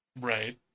Right